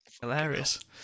Hilarious